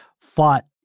fought